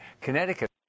Connecticut